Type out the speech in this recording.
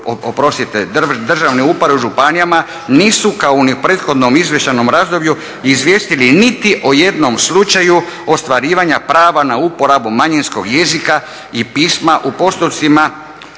uredi državne uprave u županijama nisu ni kao u prethodnom izvještajnom razdoblju izvijestili niti o jednom slučaju ostvarivanja prava na uporabu manjinskog jezika i pisma u postupcima